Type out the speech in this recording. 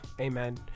amen